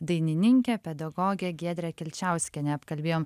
dainininkė pedagogė giedrė kilčiauskienė apkalbėjom